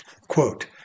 Quote